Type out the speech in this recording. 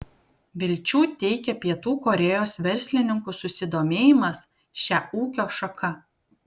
vilčių teikia pietų korėjos verslininkų susidomėjimas šia ūkio šaka